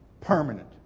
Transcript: permanent